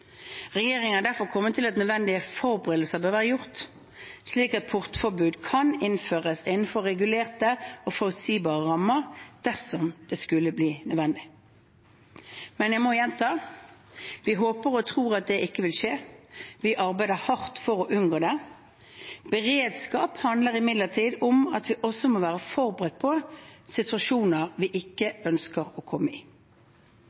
derfor kommet til at nødvendige forberedelser bør være gjort, slik at portforbud kan innføres innenfor regulerte og forutsigbare rammer dersom det skulle bli nødvendig. Men jeg må gjenta: Vi håper og tror at det ikke vil skje, og vi arbeider hardt for å unngå det. Beredskap handler imidlertid om at vi også må være forberedt på situasjoner vi ikke ønsker å komme i.